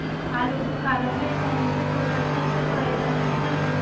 आलूबुखारा में कौन से पोषक तत्व पाए जाते हैं?